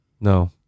No